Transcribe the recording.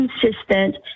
consistent